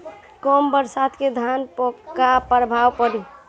कम बरसात के धान पर का प्रभाव पड़ी?